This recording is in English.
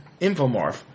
infomorph